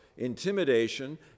intimidation